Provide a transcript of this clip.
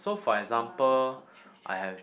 ah the top three choice